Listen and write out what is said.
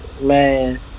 man